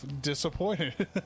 Disappointed